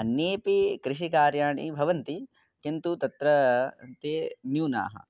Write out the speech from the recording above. अन्येऽपि कृषिकार्याणि भवन्ति किन्तु तत्र ते न्यूनानि